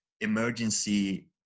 emergency